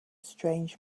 strange